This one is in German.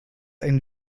ein